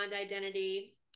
identity